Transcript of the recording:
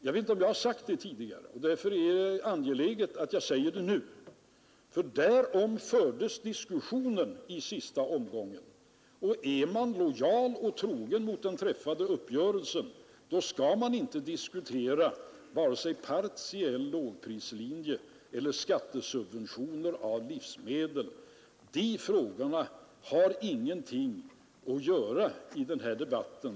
Jag vet inte om jag har sagt detta tidigare, och därför är det angeläget att jag säger det nu. Så fördes diskussionen i sista omgången, och är man lojal mot den träffade uppgörelsen skall man inte diskutera vare sig partiell lågprislinje eller skattesubventionering av livsmedel. De propåerna har ingenting att göra i den här debatten.